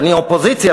אני אופוזיציה,